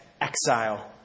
exile